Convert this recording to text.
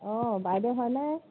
অঁ বাইদেউ হয়নে